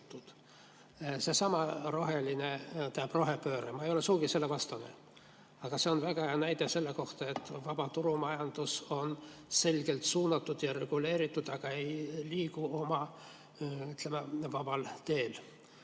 Seesama rohepööre. Ma ei ole sugugi selle vastane. Aga see on väga hea näide selle kohta, et vabaturumajandus on selgelt suunatud ja reguleeritud ega liigu oma, ütleme, vabal teel.